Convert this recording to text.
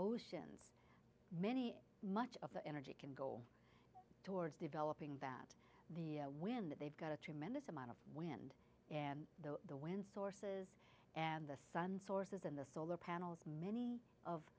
oceans many much of the energy can go towards developing that the when that they've got a tremendous amount of wind and the the wind sources and the sun sources in the solar panels many of